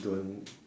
don't